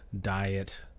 diet